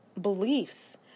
beliefs